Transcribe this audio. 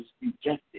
rejected